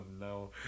no